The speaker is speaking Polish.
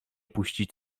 puścić